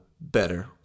better